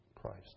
Christ